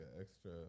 extra